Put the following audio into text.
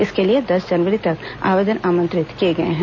इसके लिए दस जनवरी तक आवेदन आमंत्रित किए गए हैं